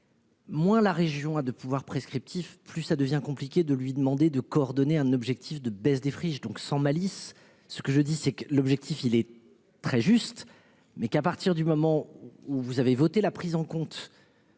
Moins la région à de pouvoir prescriptif, plus ça devient compliqué de lui demander de coordonner un objectif de baisse des friches donc sans malice. Ce que je dis, c'est que l'objectif, il est très juste, mais qu'à partir du moment où vous avez voté la prise en compte.